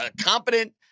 competent